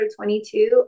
22